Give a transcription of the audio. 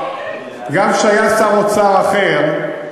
גם כשהיה שר אוצר אחר,